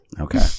Okay